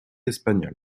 espagnol